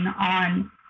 on